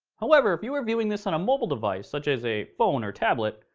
however, if you are viewing this on a mobile device, such as a phone or tablet,